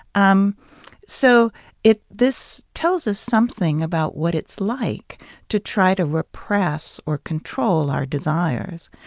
um so it this tells us something about what it's like to try to repress or control our desires.